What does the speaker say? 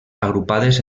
agrupades